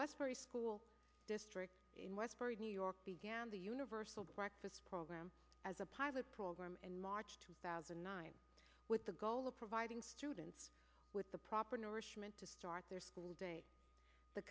westbury school district in westbury new york began the universal breakfast program as a pilot program in march two thousand and nine with the goal of providing students with the proper nourishment to start their school day the